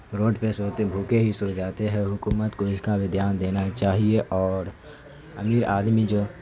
road پہ سوتے بھوکے ہی سو جاتے ہیں حکومت کو اس کا بھی دھیان دینا ہی چاہیے اور امیر آدمی جو